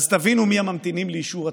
אז תבינו מי הממתינים לאישור תקציב: